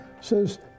says